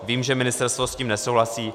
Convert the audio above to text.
Vím, že ministerstvo s tím nesouhlasí.